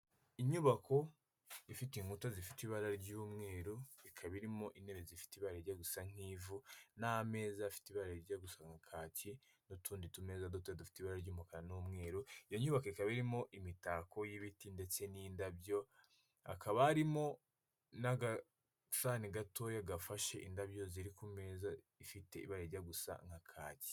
Inyubako ifite inkuta zifite ibara ry'umweru, ikaba irimo intebe zifite ibara rijya gusa nk'ivu n'ameza afite ibara rijya gusa nka kaki n'utundi tumeze duto dufite ibara ry'umukara n'umweru, iyo nyubako ikaba irimo imitako y'ibiti ndetse n'indabyo, hakaba harimo n'agasahani gatoya gafashe indabyo ziri ku meza ifite ibara rijya gusa nka kaki.